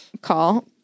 call